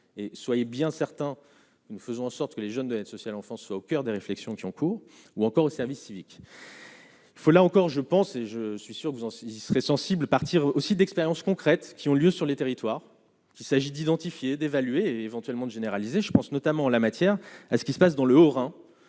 et soyez bien certains, nous faisons en sorte que les jeunes de l'aide sociale enfants soit au coeur des réflexions qui ont cours ou encore au service civique. Faut là encore je pense et je suis sûr que vous en serait sensible partir aussi d'expérience concrète qui ont lieu sur les territoires qu'il s'agit d'identifier et d'évaluer et éventuellement de généraliser, je pense, notamment, en la matière, à ce qui se passe dans le Haut-Rhin,